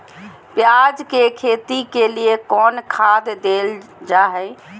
प्याज के खेती के लिए कौन खाद देल जा हाय?